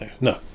No